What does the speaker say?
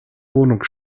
wohnung